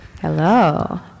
Hello